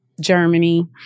Germany